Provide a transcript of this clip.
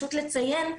פשוט לציין,